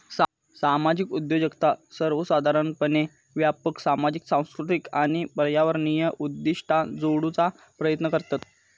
सामाजिक उद्योजकता सर्वोसाधारणपणे व्यापक सामाजिक, सांस्कृतिक आणि पर्यावरणीय उद्दिष्टा जोडूचा प्रयत्न करतत